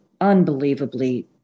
unbelievably